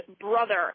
brother